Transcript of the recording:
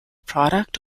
product